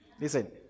Listen